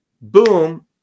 boom